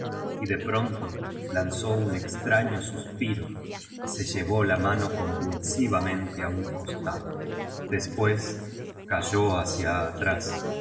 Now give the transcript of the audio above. y de pronto lanzó un extraño sus piro y se llevó la mano convulsivamente á un costado des pués cayó hacia atrás